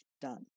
done